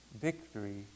victory